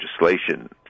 legislation